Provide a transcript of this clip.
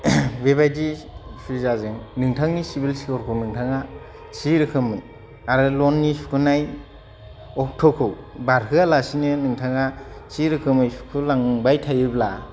बेबायदि सुबिदाजों नोंथांनि सिबिल स्करखौ नोंथाङा जेरोखोम आरो लननि सुख'नाय अक्टखौ बारहोआ लासिनो नोंथाङा जे रोखोमै सुख'लांबाय थायोब्ला